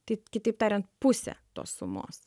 tik kitaip tariant pusę tos sumos